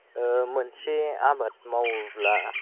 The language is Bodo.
मोनसे आबाद मावोब्ला